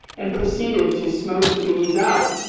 and proceeded to smoke the bees out.